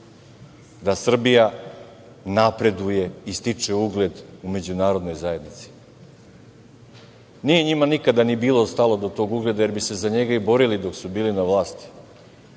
da Srbija napreduje i stiče ugled u međunarodnoj zajednici. Nije njima nikada ni bilo stalo do tog ugleda jer bi se za njega i borili dok su bili na vlasti.